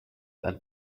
and